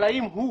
אבל האם הוא